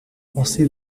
você